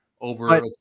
over